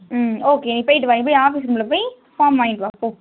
ம் ஓகே நீ போயிட்டு வா நீ போய் ஆஃபிஸ் ரூமில் போய் ஃபார்ம் வாங்கிட்டு வா போ